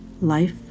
life